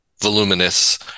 voluminous